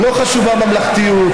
לא חשובה ממלכתיות.